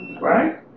right